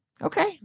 Okay